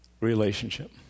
relationship